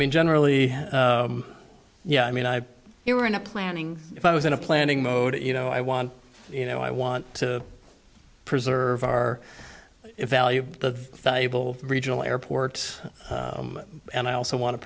mean generally yeah i mean i we were in a planning if i was in a planning mode you know i want you know i want to preserve our evaluate the valuable regional airports and i also want to